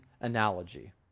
analogy